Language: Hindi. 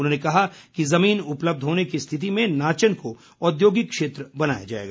उन्होंने कहा कि जुमीन उपलब्ध होने की स्थिति में नाचन को औद्योगिक क्षेत्र बनाया जाएगा